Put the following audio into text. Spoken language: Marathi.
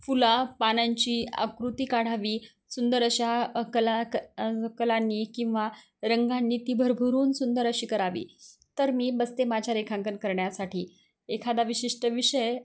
फुलापानांची आकृती काढावी सुंदर अशा कला क कलांनी किंवा रंगांनी ती भरभरून सुंदर अशी करावी तर मी बसते माझ्या रेखांकन करण्यासाठी एखादा विशिष्ट विषय